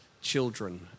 Children